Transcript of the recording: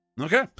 Okay